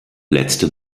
letzte